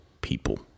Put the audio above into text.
people